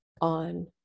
on